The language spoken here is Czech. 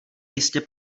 jistě